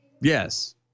Yes